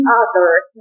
others